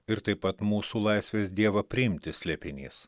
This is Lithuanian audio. ir taip pat mūsų laisvės dievą priimti slėpinys